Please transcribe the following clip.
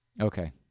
Okay